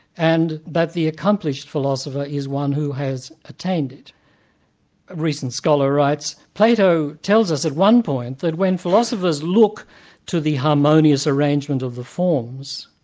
and that the accomplished philosopher is one who has attained it. a recent scholar writes, plato tells us at one point that when philosophers look to the harmonious arrangement of the forms,